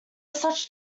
such